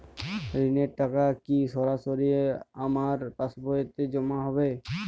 ঋণের টাকা কি সরাসরি আমার পাসবইতে জমা হবে?